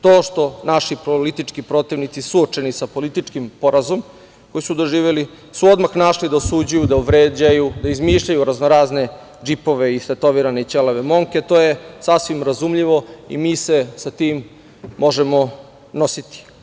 To što naši politički protivnici suočeni sa političkim porazom koji su doživeli su odmah našli da osuđuju, da vređaju, da izmišljaju raznorazne džipove, istetovirane i ćelave momke, to je sasvim razumljivo i mi se sa tim možemo nositi.